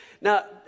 Now